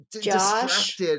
Josh